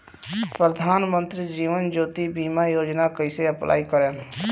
प्रधानमंत्री जीवन ज्योति बीमा योजना कैसे अप्लाई करेम?